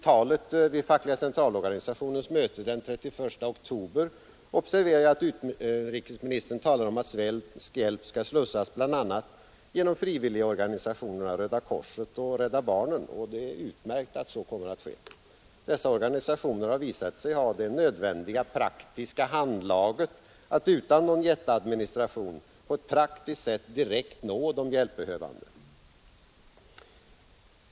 Vid Fackliga centralorganisationens möte den 31 oktober observerade jag att utrikesministern i sitt tal sade att svensk hjälp skall slussas bl.a. genom frivilligorganisationerna Röda korset och Rädda barnen, och det är utmärkt att så kommer att ske. Dessa organisationer har visat sig ha det nödvändiga praktiska handlaget att utan någon jätteadministration på ett praktiskt sätt direkt nå de hjälpbehövande.